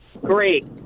Great